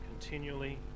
continually